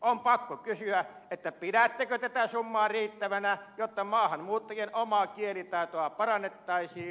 on pakko kysyä pidättekö tätä summaa riittävänä jotta maahanmuuttajien omaa kielitaitoa parannettaisiin